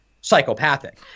psychopathic